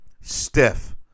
stiff